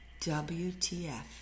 WTF